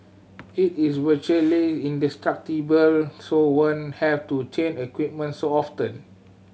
it is virtually indestructible so won't have to change equipment so often